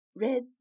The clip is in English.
red